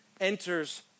enters